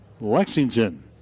Lexington